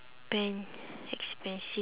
pant expensive